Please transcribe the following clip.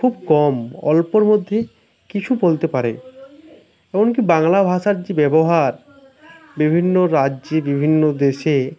খুব কম অল্পর মধ্যেই কিছু বলতে পারে এমনকি বাংলা ভাষার যে ব্যবহার বিভিন্ন রাজ্যে বিভিন্ন দেশে